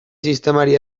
sistemari